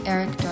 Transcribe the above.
Eric